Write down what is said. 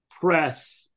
press